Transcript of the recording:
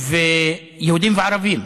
יהודים וערבים.